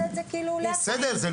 אני לא